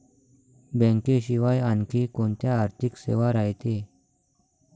बँकेशिवाय आनखी कोंत्या आर्थिक सेवा रायते?